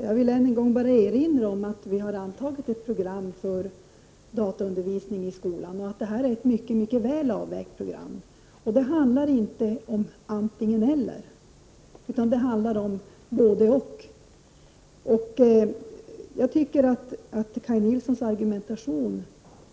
Herr talman! Jag vill ännu en gång erinra om att vi har antagit ett program för dataundervisning i skolan. Det är ett synnerligen väl avvägt program. Det handlar här inte om antingen-eller utan om både-och. Jag tycker att Kaj Nilssons argumentation